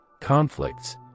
conflicts